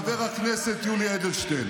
חבר הכנסת יולי אדלשטיין